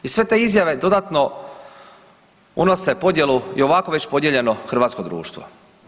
I sve te izjave dodatno unose podjelu u ovako već podijeljeno hrvatsko društvo.